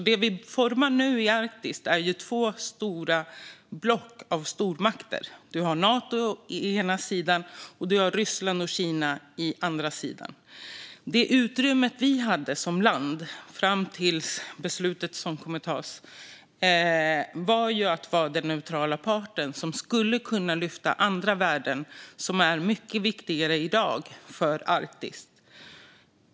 Det vi nu formar i Arktis är alltså två block av stormakter, med Nato på ena sidan och Ryssland och Kina på andra sidan. Det utrymme vi som land har haft, fram till det beslut som nu kommer att tas, är att vara den neutrala part som kan lyfta andra värden som i dag är mycket viktigare för Arktis.